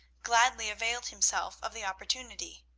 gladly availed himself of the opportunity.